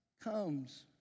comes